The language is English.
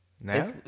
Now